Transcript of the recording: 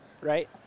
Right